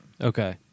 Okay